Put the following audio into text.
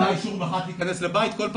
קיבלת אתה אישור מח"ט להיכנס לבית כל פעם?